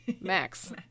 max